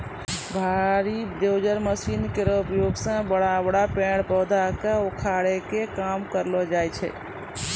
भारी dozer machine केरो उपयोग सें बड़ा बड़ा पेड़ पौधा क उखाड़े के काम करलो जाय छै